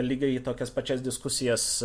lygiai tokias pačias diskusijas